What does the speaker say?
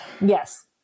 Yes